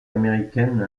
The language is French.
américaine